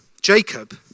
Jacob